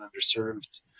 underserved